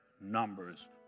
numbers